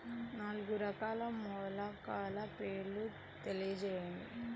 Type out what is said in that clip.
నాలుగు రకాల మొలకల పేర్లు తెలియజేయండి?